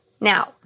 Now